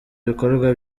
ibikorwa